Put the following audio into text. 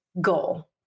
goal